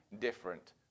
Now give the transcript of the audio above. different